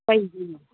ꯀꯔꯤꯒꯤꯅꯣ